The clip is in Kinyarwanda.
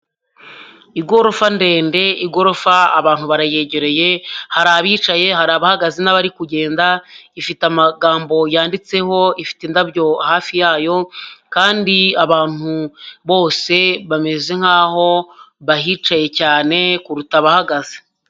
Igorofa ndende igorofa abantu barayegereye, hari abicaye hari abahagaze n'abari kugenda, ifite amagambo yanditseho, ifite indabyo hafi yayo kandi abantu bose bameze nkaho bahicaye cyane kuruta abahagaze.